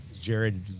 Jared